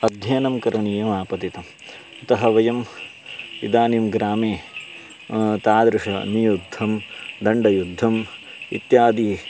अध्ययनं करणीयम् आपतितं अतः वयम् इदानीं ग्रामे तादृशं नियुद्धं दण्डयुद्धम् इत्यादी